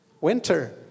Winter